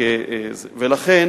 ולכן